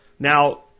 Now